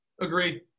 Agreed